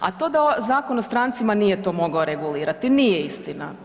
A to da Zakon o strancima nije to mogao regulirati, nije istina.